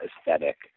aesthetic